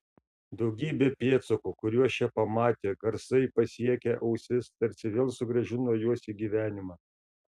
daugybė pėdsakų kuriuos čia pamatė garsai pasiekę ausis tarsi vėl sugrąžino juos į gyvenimą